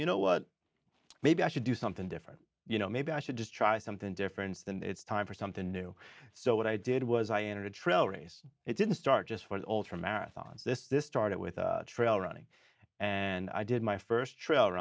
you know what maybe i should do something different you know maybe i should just try something different and it's time for something new so what i did was i entered a trail race it didn't start just for the ultra marathon this this started with trail running and i did my first trail